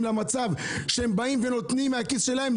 למצב שהם באים ונותנים מהכיס שלהם,